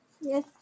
Yes